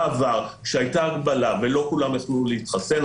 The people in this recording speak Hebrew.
בעבר כשהייתה הגבלה ולא כולם יכלו להתחסן,